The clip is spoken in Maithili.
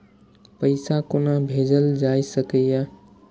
पैसा कोना भैजल जाय सके ये